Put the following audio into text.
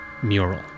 mural